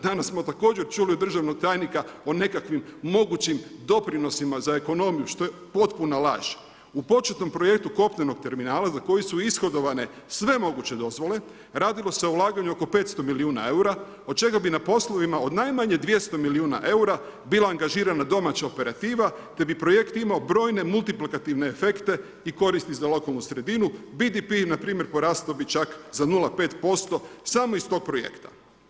Danas smo također čuli od državnog tajnika o nekakvim mogućim doprinosima za ekonomiju što je potpuna laž. u početnom projektu kopnenog terminala za koji su ishodovane sve moguće dozvole radilo se o ulaganju oko 500 milijuna eura od čega bi na poslovima od najmanje 200 milijuna eura bila angažirana domaća operativa te bi projekt imao brojne multiplikativne efekte i koristi za lokalnu sredinu, BDP npr. porastao bi čak za 0,5% samo iz tog projekta.